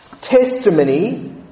testimony